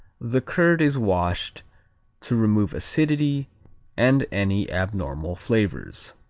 the curd is washed to remove acidity and any abnormal flavors.